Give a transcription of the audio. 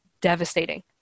devastating